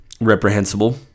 reprehensible